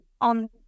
on